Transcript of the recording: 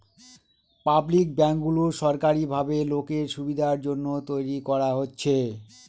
public ব্যাঙ্কগুলো সরকারি ভাবে লোকের সুবিধার জন্য তৈরী করা হচ্ছে